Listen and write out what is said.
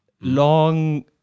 long